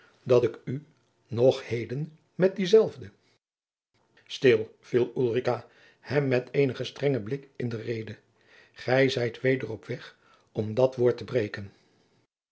dat ik u nog heden met diezelfde stil viel hem ulrica met eenen gestrengen blik in de rede gij zijt weder op weg om dat woord te breken